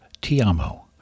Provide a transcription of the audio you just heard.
Tiamo